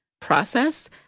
process